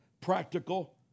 practical